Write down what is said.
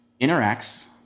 interacts